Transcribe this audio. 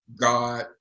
God